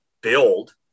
build